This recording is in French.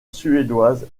suédoise